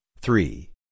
three